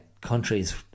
countries